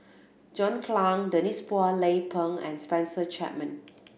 John Clang Denise Phua Lay Peng and Spencer Chapman